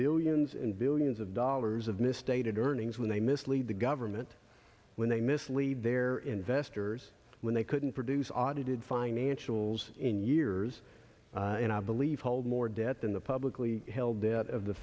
billions and billions of dollars of misstated earnings when they mislead the government when they mislead their investors when they couldn't produce audited financials in years and i believe hold more debt than the publicly held debt of the